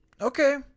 Okay